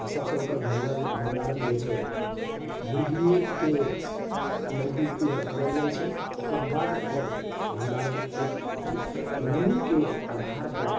तऽ सबसे ओकर भन भंडारण जे छै मुर्गिएके नजदीकमे करल जाइ छै ओकर बाद ओकर भंडारण नमीके आधार पर